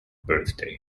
birthday